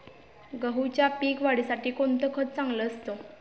गहूच्या पीक वाढीसाठी कोणते खत चांगले असते?